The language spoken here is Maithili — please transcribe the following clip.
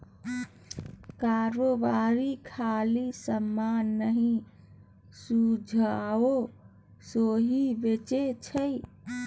कारोबारी खाली समान नहि सुझाब सेहो बेचै छै